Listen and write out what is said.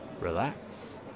relax